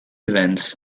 events